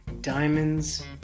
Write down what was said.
Diamonds